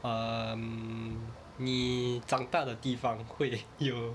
um 你长大的地方会有